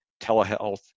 telehealth